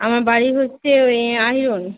আমার বাড়ি হচ্ছে ওই আঞ্জন